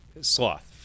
sloth